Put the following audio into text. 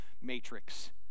matrix